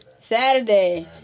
Saturday